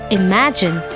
imagine